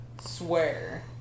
Swear